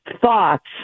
thoughts